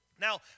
Now